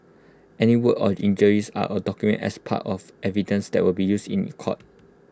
any wounds or injuries are documented as part of evidence that will be used in court